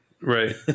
Right